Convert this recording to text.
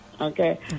Okay